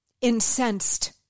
Incensed